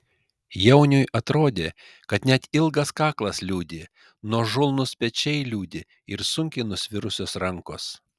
jauniui atrodė kad net ilgas kaklas liūdi nuožulnūs pečiai liūdi ir sunkiai nusvirusios rankos